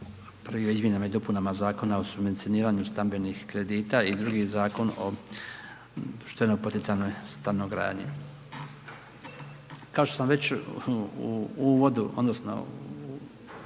prvi je o izmjenama i dopunama Zakona o subvencioniranju stambenih kredita i drugi Zakon o društveno poticajnoj stanogradnji. Kao što sam već u uvodu odnosno